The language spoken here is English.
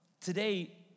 today